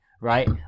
right